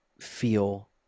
feel